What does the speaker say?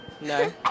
No